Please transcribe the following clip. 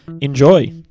enjoy